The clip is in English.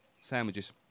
sandwiches